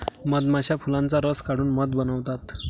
मधमाश्या फुलांचा रस काढून मध बनवतात